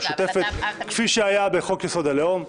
כפי שהיה בחוק-יסוד: הלאום.